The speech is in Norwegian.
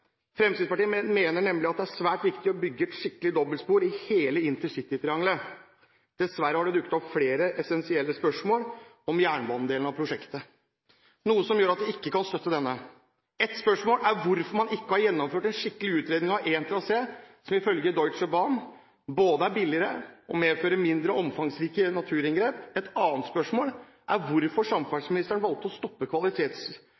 Fremskrittspartiet mener nemlig at det er svært viktig å bygge et skikkelig dobbeltspor i hele intercitytriangelet. Dessverre har det dukket opp flere essensielle spørsmål om jernbanedelen av prosjektet, noe som gjør at vi ikke kan støtte denne. Et spørsmål er hvorfor man ikke har gjennomført en skikkelig utredning av en trasé som ifølge Deutsche Bahn både er billigere og medfører mindre omfangsrike naturinngrep. Et annet spørsmål er hvorfor